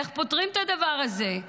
איך פותרים את הדבר הזה.